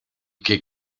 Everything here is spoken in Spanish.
que